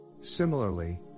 Similarly